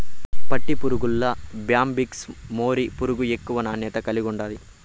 పట్టుపురుగుల్ల Bombyx mori పురుగు ఎక్కువ నాణ్యత కలిగుండాది